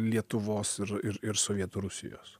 lietuvos ir ir sovietų rusijos